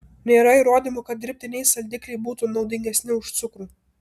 nėra įrodymų kad dirbtiniai saldikliai būtų naudingesni už cukrų